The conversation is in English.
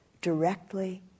directly